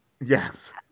Yes